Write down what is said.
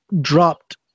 Dropped